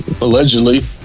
allegedly